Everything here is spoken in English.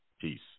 peace